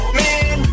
man